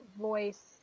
voice